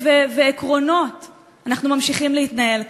ועקרונות אנחנו ממשיכים להתנהל כאן.